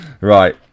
Right